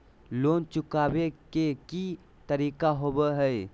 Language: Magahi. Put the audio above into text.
लोन चुकाबे के की तरीका होबो हइ?